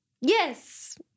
Yes